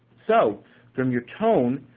so from your tone,